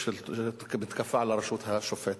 יש מתקפה על הרשות השופטת.